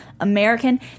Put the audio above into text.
American